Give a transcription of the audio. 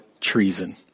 treason